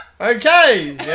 Okay